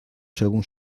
según